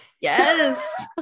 yes